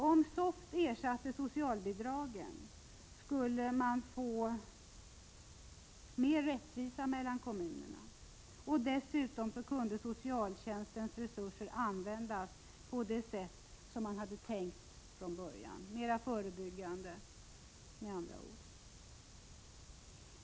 Om SOFT ersatte socialbidragen skulle större rättvisa mellan kommunerna uppnås. Dessutom kunde socialtjänstens resurser användas på det sätt som var tänkt från början. Det skulle med andra ord vidtas fler förebyggande åtgärder.